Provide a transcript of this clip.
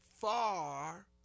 far